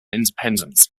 independence